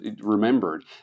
remembered